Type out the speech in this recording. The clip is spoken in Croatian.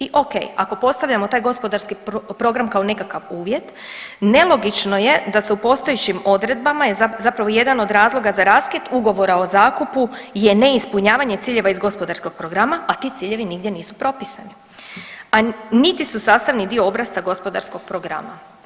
I ok, ako postavljamo taj gospodarski program kao nekakav uvjet nelogično je da se u postojećim odredbama je zapravo jedan od razloga za raskid ugovora o zakupu je neispunjavanje ciljeva iz gospodarskog programa, a ti ciljevi nigdje nisu propisani, a niti su sastavni dio obrasca gospodarskog programa.